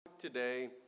today